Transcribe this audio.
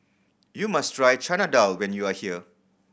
you must try Chana Dal when you are here